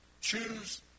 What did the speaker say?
Choose